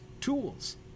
tools